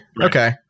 Okay